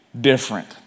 different